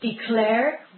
Declare